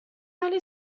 اهل